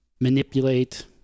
manipulate